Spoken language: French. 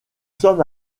sommes